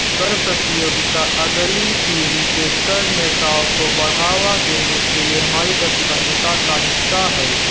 कर प्रतियोगिता अगली पीढ़ी के कर नेताओं को बढ़ावा देने के लिए हमारी प्रतिबद्धता का हिस्सा है